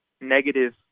negative